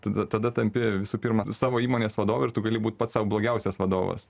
tada tada tampi visų pirma savo įmonės vadovu ir tu gali būt pats sau blogiausias vadovas